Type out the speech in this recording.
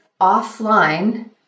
offline